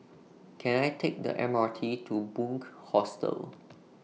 Can I Take The M R T to Bunc Hostel